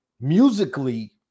musically